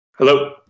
Hello